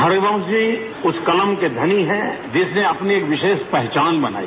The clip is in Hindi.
हरिवंश जी उस कलम के धनी हैं जिसने अपनी एक विशेष पहचान बनाई